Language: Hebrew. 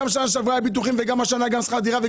גם שנה שעברה היו ביטוחים וגם השנה יש שכר דירה.